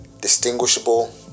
distinguishable